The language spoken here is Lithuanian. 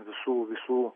visų visų